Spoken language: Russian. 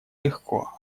легко